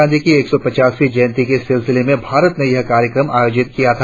गांधीजी की एक सौ पचासवीं जयंती के सिसिले में भारत ने यह कार्यक्रम आयोजित किया था